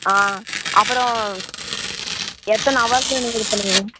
ஆ அப்புறம் எத்தனை ஹவர்ஸில் நீங்கள் இது பண்ணுவீங்க